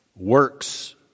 Works